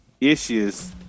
issues